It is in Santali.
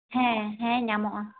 ᱦᱮᱸ ᱦᱮᱸ ᱧᱟᱢᱚᱜᱼᱟ